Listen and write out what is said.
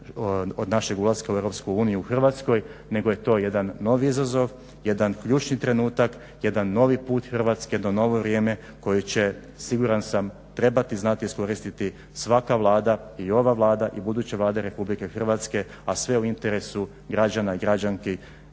od našeg ulaska u EU u Hrvatskoj nego je to jedan novi izazov jedan ključni trenutak, jedan novi put Hrvatske jedno novo vrijeme koje će siguran sam trebati znati iskoristiti. Svaka vlada i ova Vlada i buduće vlade RH a sve u interesu građana i građanki RH i našeg